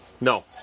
no